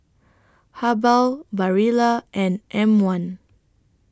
Habhal Barilla and M one